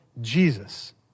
Jesus